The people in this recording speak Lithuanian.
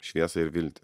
šviesą ir viltį